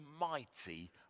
mighty